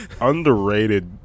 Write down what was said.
underrated